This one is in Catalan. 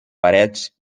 parets